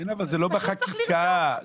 פשוט צריך לרצות.